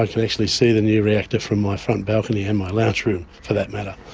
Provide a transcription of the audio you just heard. i can actually see the new reactor from my front balcony and my lounge room, for that matter.